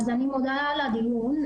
אז אני מודה על הדיון,